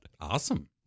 Awesome